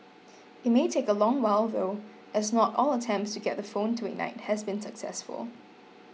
it may take a long while though as not all attempts to get the phone to ignite has been successful